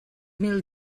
mil